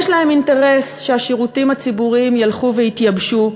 יש להם אינטרס שהשירותים הציבוריים ילכו ויתייבשו.